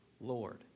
Lord